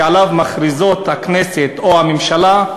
שעליו מכריזה הכנסת או הממשלה,